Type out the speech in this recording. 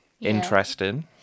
interesting